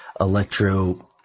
electro